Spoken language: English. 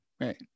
right